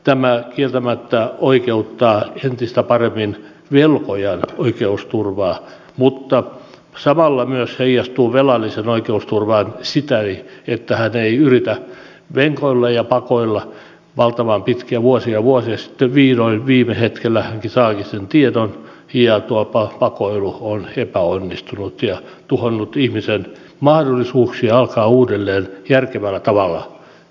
tämä kieltämättä oikeuttaa entistä paremmin velkojan oikeusturvaa mutta samalla myös heijastuu velallisen oikeusturvaan sikäli että hän ei yritä venkoilla ja pakoilla valtavan pitkään vuosia vuosia niin että sitten vihdoin viime hetkellä saakin sen tiedon ja tuo pakoilu on epäonnistunut ja tuhonnut ihmisen mahdollisuuksia alkaa uudelleen järkevällä tavalla tehdä töitä